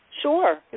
Sure